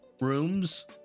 rooms